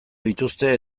dituzte